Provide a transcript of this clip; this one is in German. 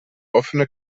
offene